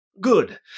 Good